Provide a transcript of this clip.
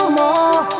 more